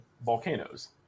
volcanoes